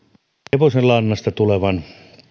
hevosenlannasta tulevan